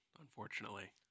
Unfortunately